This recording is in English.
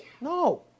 No